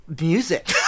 music